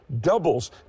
doubles